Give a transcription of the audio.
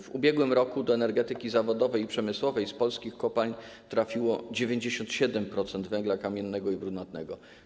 W ubiegłym roku do energetyki zawodowej i przemysłowej z polskich kopalń trafiło 97% węgla kamiennego i brunatnego.